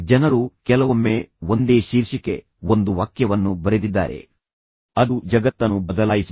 ಜನರು ಕೆಲವೊಮ್ಮೆ ಒಂದೇ ಶೀರ್ಷಿಕೆ ಒಂದು ವಾಕ್ಯವನ್ನು ಬರೆದಿದ್ದಾರೆ ಅದು ಜಗತ್ತನ್ನು ಬದಲಾಯಿಸಿದೆ